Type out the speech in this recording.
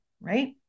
right